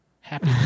Happy